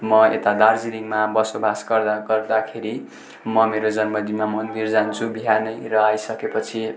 म यता दार्जिलिङमा बसोबास गर्दा गर्दाखेरि म मेरो जन्मदिनमा मन्दिर जान्छु बिहानै र आइसकेपछि